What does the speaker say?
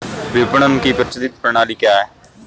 विपणन की प्रचलित प्रणाली कौनसी है?